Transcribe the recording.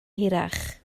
hirach